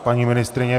Paní ministryně.